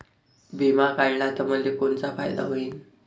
बिमा काढला त मले कोनचा फायदा होईन?